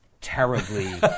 terribly